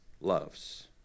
loves